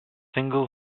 single